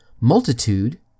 multitude